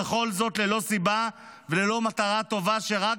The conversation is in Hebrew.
וכל זאת ללא סיבה וללא מטרה טובה שרק